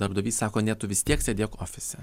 darbdavys sako ne tu vis tiek sėdėk ofise